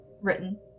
written